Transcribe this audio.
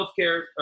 healthcare